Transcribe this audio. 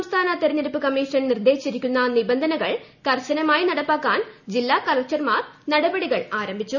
സംസ്ഥാന തിരഞ്ഞെടുപ്പു കമ്മീഷൻ നിർദ്ദേശിച്ചിരിക്കുന്ന നിബന്ധനകൾ കർശനമായി നടപ്പാക്കാൻ ജില്ലാ കളക്ടർമാർ നടപടികളാരംഭിച്ചു